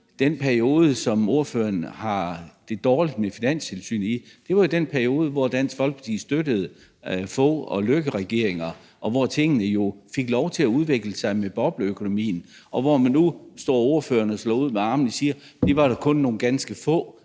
Den periode, som ordføreren har det dårligt med Finanstilsynet i, var jo den periode, hvor Dansk Folkeparti støttede Fogh- og Løkkeregeringer, og hvor tingene fik lov til at udvikle sig med bobleøkonomien, og nu står ordføreren og slår ud med armene og siger, at der da kun var nogle ganske få,